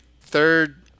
third